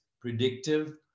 predictive